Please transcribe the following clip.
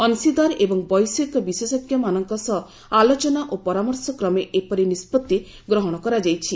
ଅଂଶୀଦାର ଏବଂ ବୈଷୟିକ ବିଶେଷଜ୍ଞମାନଙ୍କ ସହ ଆଲୋଚନା ଓ ପରାମର୍ଶକ୍ରମେ ଏପରି ନିଷ୍ପଭି ଗ୍ରହଣ କରାଯାଇଛି